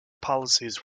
policies